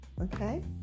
Okay